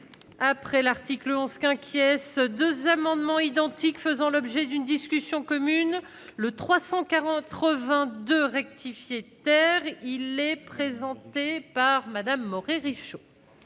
après l'article 11 qu'inquiet ce 2 amendements identiques faisant l'objet d'une discussion commune le 340 80 de rectifier, terre, il est présenté par Madame Moret riche.